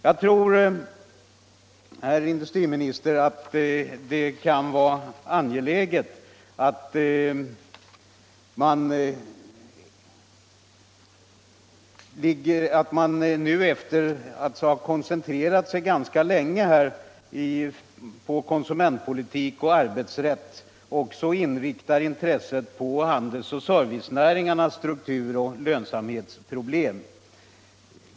Jag tror, herr industriminister, att det är angeläget att man nu — efter att ganska länge ha koncentrerat sig på konsumentpolitik och arbetsrätt —- också inriktar intresset på handelsoch servicenäringarnas struktur och lönsamhetsproblem.